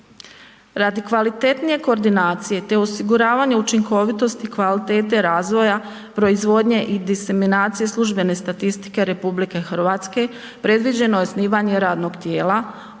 Radi kvalitetnije koordinacije te osiguravanje učinkovitosti kvalitete razvoja proizvodnje i diseminacije službene statistike RH predviđeno je osnivanje radnog tijela